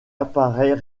apparaît